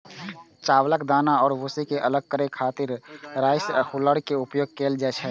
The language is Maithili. चावलक दाना आ भूसी कें अलग करै खातिर राइस हुल्लर के उपयोग कैल जाइ छै